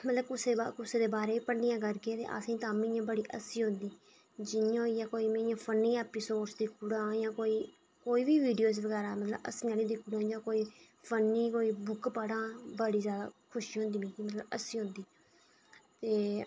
मतलब कुसै दे बारे कुसै दे बारे च भंडियां करगे ते असें गी तां बी हस्सी औंदी जि'यां होई गेआ कोई में फन्नी ऐपिसोड दिक्खी ओड़ां कोई कोई बी वीडियो बगैरा मतलब हस्सने आह्ली दिक्खी ओड़ां कोई फन्नी कोई बुक पढ़ां बड़ी जैदा खुशी होंदी मतलब हस्सी औंदी ते